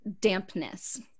dampness